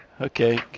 Okay